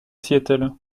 seattle